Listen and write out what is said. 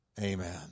Amen